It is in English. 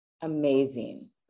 amazing